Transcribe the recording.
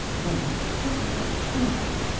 then he suddenly started.